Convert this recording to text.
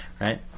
right